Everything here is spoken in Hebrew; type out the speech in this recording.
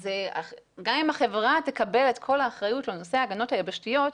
גם אם החברה תקבל את כל האחריות לנושא ההגנות היבשתיות,